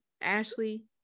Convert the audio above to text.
Ashley